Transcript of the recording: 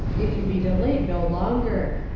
it can be delayed no longer.